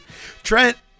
Trent